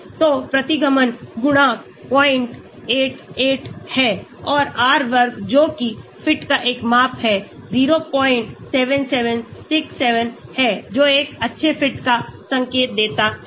तो प्रतिगमन गुणांक 088 है और R वर्ग जो कि फिट का एक माप है 07767 है जो एक अच्छे फिट का संकेत देता है